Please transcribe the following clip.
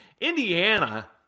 Indiana